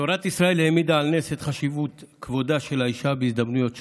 תורת ישראל העמידה על נס את חשיבות כבודה של האישה בהזדמנויות שונות,